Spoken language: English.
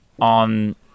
on